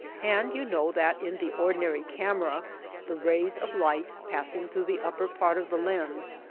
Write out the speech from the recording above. and you know that in the ordinary camera the rays of light, passing through the upper part of the lens,